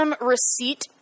receipt